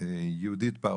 יהודית בר